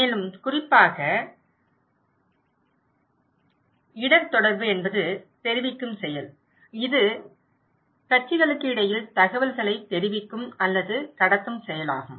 மேலும் குறிப்பாக இடர் தொடர்பு என்பது தெரிவிக்கும் செயல் இது கட்சிகளுக்கு இடையில் தகவல்களை தெரிவிக்கும் அல்லது கடத்தும் செயலாகும்